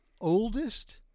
oldest